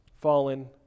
fallen